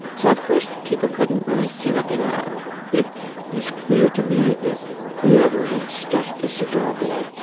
so of course, people couldn't really see what they were it was clear to me that whoever had stuffed the cigar butt